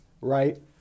right